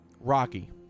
Rocky